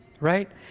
right